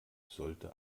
sollte